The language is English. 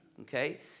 okay